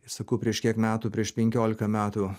sakau prieš kiek metų prieš penkiolika metų